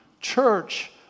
church